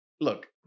look